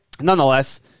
Nonetheless